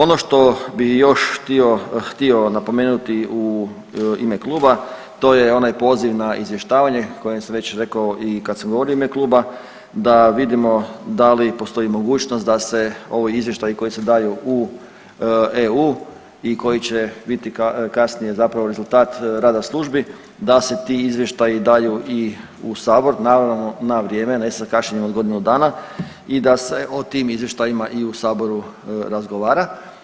Ono što bih još htio napomenuti u ime kluba to je onaj poziv na izvještavanje o kojem sam već rekao i kad sam govorio u ime kluba, da vidimo da li postoji mogućnost da se ovi izvještaji koji se daju u EU i koji će biti kasnije zapravo rezultat rada službi da se ti izvještaji daju i u Sabor naravno na vrijeme, ne sa kašnjenjem od godinu dana i da se o tim izvještajima i u Saboru razgovara.